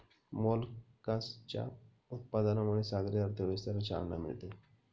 मोलस्काच्या उत्पादनामुळे सागरी अर्थव्यवस्थेला चालना मिळते